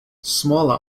smaller